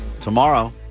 Tomorrow